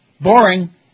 Boring